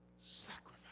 sacrifice